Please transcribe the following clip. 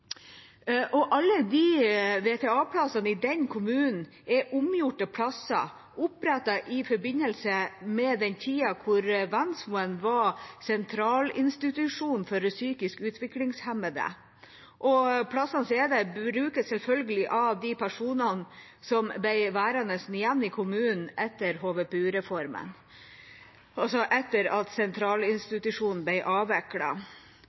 plasser. Alle VTA-plassene i den kommunen er omgjorte plasser som ble opprettet i forbindelse med tida da Vensmoen var sentralinstitusjon for psykisk utviklingshemmede. Plassene som er der, brukes selvfølgelig av de personene som ble værende igjen i kommunen etter HVPU-reformen, dvs. etter at